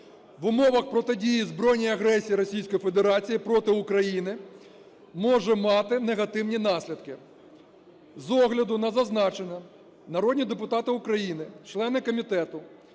в умовах протидії збройній агресії Російської Федерації проти України може мати негативні наслідки. З огляду на зазначене, народні депутати України, члени комітету,